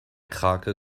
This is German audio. krake